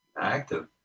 active